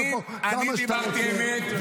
דיברתי אמת.